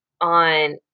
on